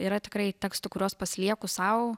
yra tikrai tekstų kuriuos pasilieku sau